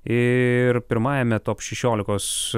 ir pirmajame top šešiolikos